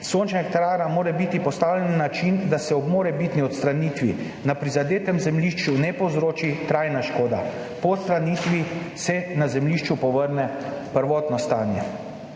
Sončna elektrarna mora biti postavljen na način, da se ob morebitni odstranitvi na prizadetem zemljišču ne povzroči trajna škoda, po odstranitvi se na zemljišču povrne prvotno stanje.